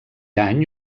any